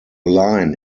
line